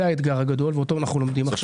שזה האתגר הגדול שאנחנו לומדים עכשיו.